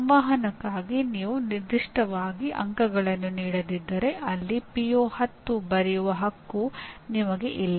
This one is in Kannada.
ಸಂವಹನಕ್ಕಾಗಿ ನೀವು ನಿರ್ದಿಷ್ಟವಾಗಿ ಅಂಕಗಳನ್ನು ನೀಡದಿದ್ದರೆ ಅಲ್ಲಿ ಪಿಒ 10 ಬರೆಯುವ ಹಕ್ಕು ನಿಮಗೆ ಇಲ್ಲ